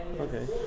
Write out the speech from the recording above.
okay